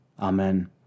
Amen